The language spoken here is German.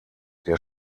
der